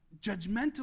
judgmental